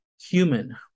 human